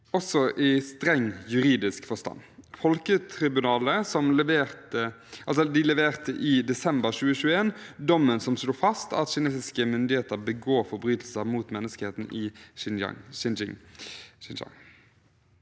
også i streng juridisk forstand. Folketribunalet leverte i desember 2021 dommen som slo fast at kinesiske myndigheter begår forbrytelser mot menneskeheten i Xinjiang.